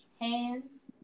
hands